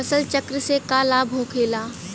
फसल चक्र से का लाभ होखेला?